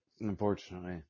unfortunately